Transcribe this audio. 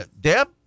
Deb